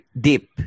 deep